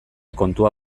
kontua